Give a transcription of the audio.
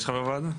יש חברי ועדה?